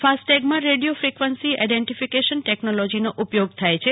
ફાસ્ટટૈગમાં radio frequency identification ટેકનોલોજીનો ઉપયોગ થાય છે